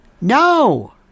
No